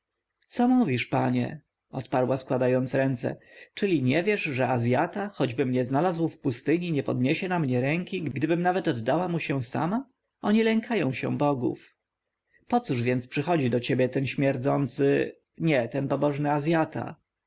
co mówisz panie odparła składając ręce czyli nie wiesz że azjata choćby mnie znalazł w pustyni nie podniesie na mnie ręki gdybym nawet oddała mu się sama oni lękają się bogów pocóż więc przychodzi do ciebie ten śmierdzący nie ten pobożny